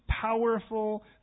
powerful